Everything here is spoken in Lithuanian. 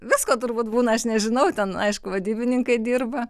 visko turbūt būna aš nežinau ten aišku vadybininkai dirba